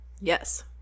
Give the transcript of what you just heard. Yes